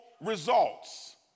results